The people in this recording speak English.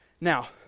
Now